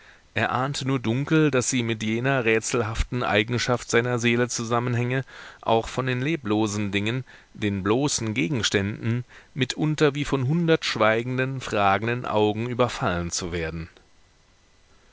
er ahnte nur dunkel daß sie mit jener rätselhaften eigenschaft seiner seele zusammenhänge auch von den leblosen dingen den bloßen gegenständen mitunter wie von hundert schweigenden fragenden augen überfallen zu werden